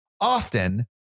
Often